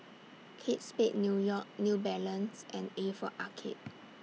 Kate Spade New York New Balance and A For Arcade